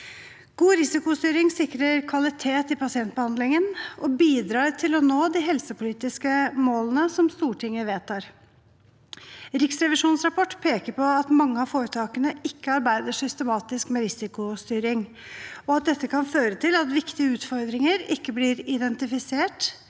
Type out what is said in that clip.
God risikostyring sikrer kvalitet i pasientbehandlingen og bidrar til å nå de helsepolitiske målene som Stortinget vedtar. Riksrevisjonens rapport peker på at mange av foretakene ikke arbeider systematisk med risikostyring, og at dette kan føre til at viktige utfordringer ikke blir identifisert,